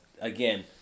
again